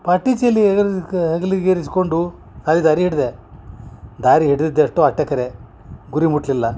ಪಾಟಿಚೀಲ ಹೆಗ್ಲಿಗ ಏರಿಸ್ಕೊಂಡು ಅಲ್ಲಿ ದಾರಿ ಹಿಡ್ದೆ ದಾರಿ ಹಿಡ್ದಿದ ಅಷ್ಟು ಅಷ್ಟೆ ಕರೆ ಗುರಿ ಮುಟ್ಟಲಿಲ್ಲ